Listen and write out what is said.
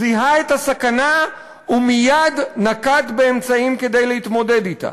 זיהה את הסכנה ומייד נקט אמצעים כדי להתמודד אתה.